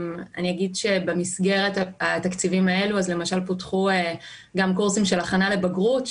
במסגרת התקציבים האלה פותחו גם קורסים של הכנה לבגרות,